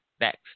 Next